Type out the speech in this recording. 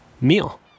meal